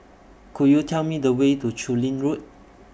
Could YOU Tell Me The Way to Chu Lin Road